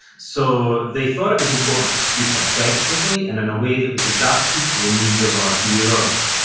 so they thought it was important to speak effectively, and in a way that was adapted to the needs of our hearers.